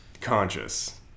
conscious